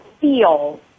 feel